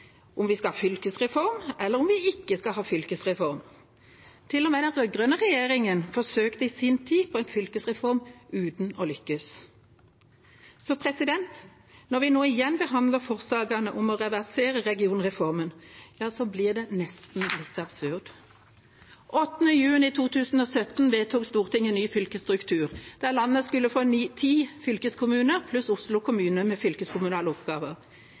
om vi skal ha fylkesreform, eller om vi ikke skal ha fylkesreform. Til og med den rød-grønne regjeringa forsøkte i sin tid på en fylkesreform, uten å lykkes. Så når vi nå igjen behandler forslagene om å reversere regionreformen, ja, så blir det nesten litt absurd. Den 8. juni 2017 vedtok Stortinget en ny fylkesstruktur, da landet skulle få ti fylkeskommuner pluss Oslo kommune med fylkeskommunale oppgaver.